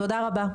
תודה רבה.